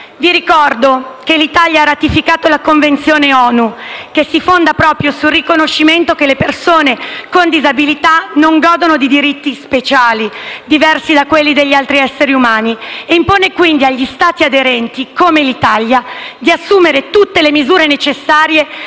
Vi ricordo che l'Italia ha ratificato la convenzione ONU che si fonda proprio sul riconoscimento che le persone con disabilità non godono di diritti speciali diversi da quelli degli altri esseri umani e impone, quindi, agli Stati aderenti, come l'Italia, di assumere tutte le misure necessarie